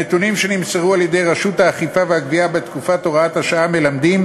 הנתונים שנמסרו על-ידי רשות האכיפה והגבייה בתקופת הוראת השעה מלמדים